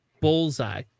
Bullseye